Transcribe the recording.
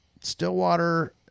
Stillwater